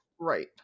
Right